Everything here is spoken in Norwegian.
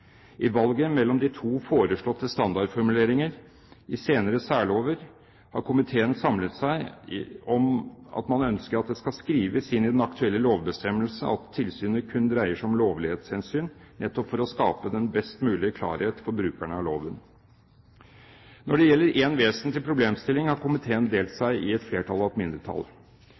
I valget mellom de to foreslåtte standardformuleringer i senere særlover har komiteen samlet seg om at man ønsker at det skal skrives inn i den aktuelle lovbestemmelse at tilsynet kun dreier seg om lovlighetstilsyn, nettopp for å skape en best mulig klarhet for brukerne av loven. Når det gjelder én vesentlig problemstilling, har komiteen delt seg i et flertall og et mindretall.